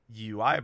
UI